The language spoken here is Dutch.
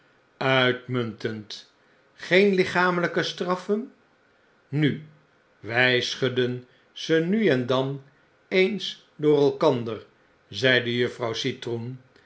uitmuntend geen lichamelijke straffen nu wg schudden ze nu en dan eens door elkander zei juffrouw citroen